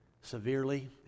severely